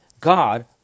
God